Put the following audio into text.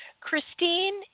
Christine